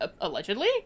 Allegedly